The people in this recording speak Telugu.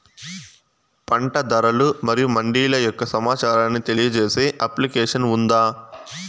పంట ధరలు మరియు మండీల యొక్క సమాచారాన్ని తెలియజేసే అప్లికేషన్ ఉందా?